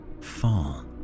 Fall